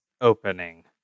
opening